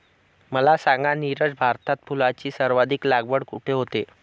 मला सांगा नीरज, भारतात फुलांची सर्वाधिक लागवड कुठे होते?